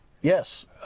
Yes